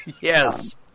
Yes